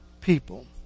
people